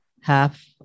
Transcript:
Half